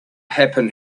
happen